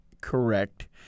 correct